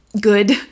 good